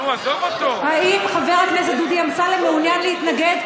האם חבר הכנסת דודי אמסלם מעוניין להתנגד,